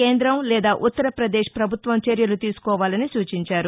కేంద్రం లేదా ఉత్తర్వదేక్ ప్రభుత్వం చర్యలు తీసుకోవాలని సూచించారు